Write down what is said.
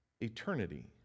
eternity